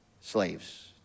slaves